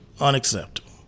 Unacceptable